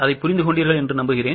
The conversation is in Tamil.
அறிந்துகொண்டீர்களா